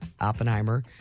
Oppenheimer